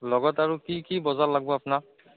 লগত আৰু কি কি বজাৰ লাগিব আপোনাক